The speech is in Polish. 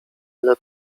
ile